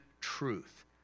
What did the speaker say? truth